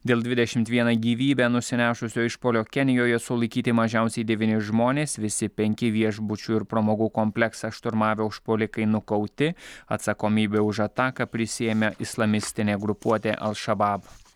dėl dvidešimt vieną gyvybę nusinešusio išpuolio kenijoje sulaikyti mažiausiai devyni žmonės visi penki viešbučių ir pramogų kompleksą šturmavę užpuolikai nukauti atsakomybę už ataką prisiėmė islamistinė grupuotė al šabab